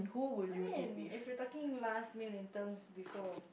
I mean if you're talking last meal in terms before